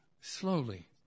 slowly